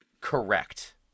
Correct